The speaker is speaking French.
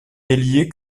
ailier